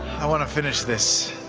i want to finish this.